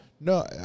no